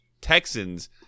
texans